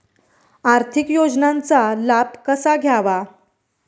आर्थिक योजनांचा लाभ कसा घ्यावा?